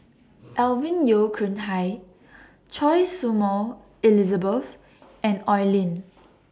Alvin Yeo Khirn Hai Choy Su Moi Elizabeth and Oi Lin